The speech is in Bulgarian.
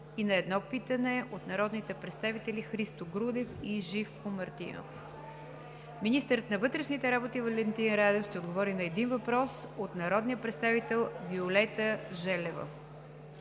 и на едно питане от народните представители Христо Грудев и Живко Мартинов. 11. Министърът на вътрешните работи Валентин Радев ще отговори на един въпрос от народния представител Виолета Желева.